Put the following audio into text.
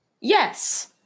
Yes